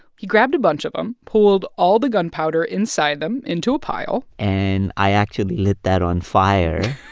he grabbed a bunch of them, pulled all the gunpowder inside them into a pile. and i actually lit that on fire.